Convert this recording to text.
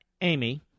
Amy